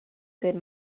good